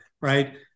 Right